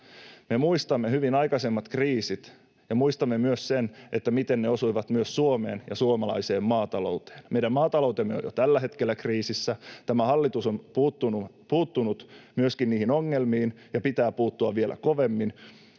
Me muistamme hyvin aikaisemmat kriisit ja muistamme myös sen, miten ne osuivat myös Suomeen ja suomalaiseen maatalouteen. Meidän maataloutemme on jo tällä hetkellä kriisissä. Tämä hallitus on puuttunut myöskin niihin ongelmiin, ja pitää puuttua vielä kovemmin,